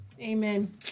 Amen